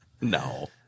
no